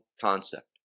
concept